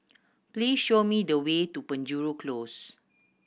please show me the way to Penjuru Close